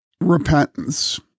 repentance